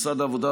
משרד העבודה,